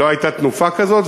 לא הייתה תנופה כזאת,